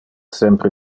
sempre